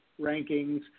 rankings